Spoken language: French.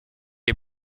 est